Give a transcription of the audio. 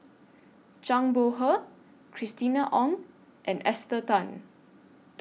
Zhang Bohe Christina Ong and Esther Tan